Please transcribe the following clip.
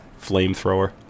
flamethrower